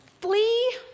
flee